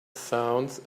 sounds